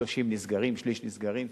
30 נסגרים, שליש נסגרים.